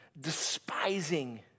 despising